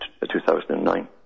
2009